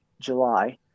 July